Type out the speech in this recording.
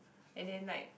and then like